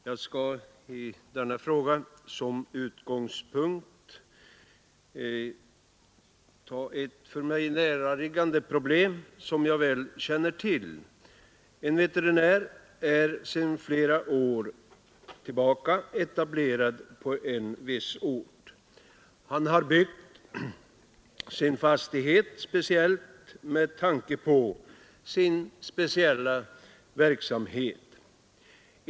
Herr talman! Jag skall i detta ärende såsom utgångspunkt ta ett för mig näraliggande fall, som jag känner väl till. En veterinär är sedan flera år etablerad på en viss ort. Han har byggt till sin fastighet speciellt med tanke på sin särskilda verksamhet.